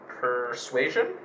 Persuasion